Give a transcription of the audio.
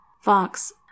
Fox